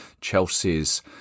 Chelsea's